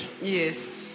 Yes